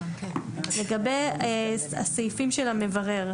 לגבי הסעיף של המברר,